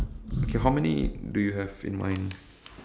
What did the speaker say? okay how many do you have in mind